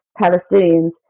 Palestinians